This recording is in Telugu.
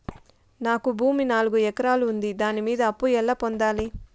నాకు భూమి నాలుగు ఎకరాలు ఉంది దాని మీద అప్పు ఎలా పొందాలి?